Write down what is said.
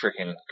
freaking